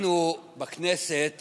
אנחנו בכנסת